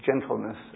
gentleness